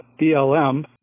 BLM